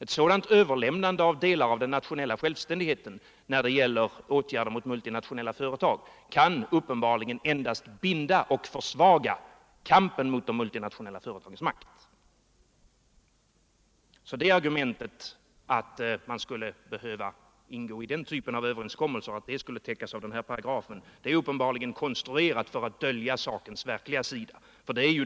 Ett sådant överlämnande av delar av den nationella självständigheten, när det gäller åtgärder mot multinationella företag, kan uppenbarligen endast binda och försvaga kampen mot de multinationella företagens makt. Argumentet att man skall behöva ingå i den typen av överenskommelser och att det skulle täckas av den här paragrafen är uppenbarligen konstruerat för att dölja sakens verkliga sida.